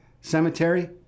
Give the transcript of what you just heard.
cemetery